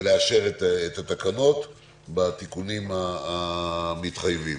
ולאשר את התקנות בתיקונים המתחייבים.